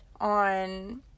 on